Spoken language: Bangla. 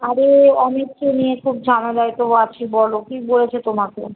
আরে অমিতকে নিয়ে খুব ঝামেলায় তো আছি বলো কী বলেছে তোমাকে